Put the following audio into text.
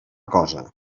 cosa